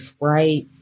right